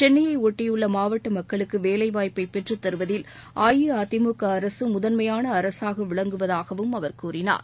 சென்னைய ஒட்டியுள்ள மாவட்ட மக்களுக்குவேலைவாய்ப்பை பெற்றுத் தருவதில் அஇஅதிமுக அரசு முதன்மையான அரசாக விளங்குவதாகவும் அவர் கூறினார்